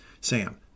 Sam